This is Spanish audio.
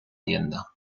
tienda